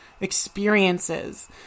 experiences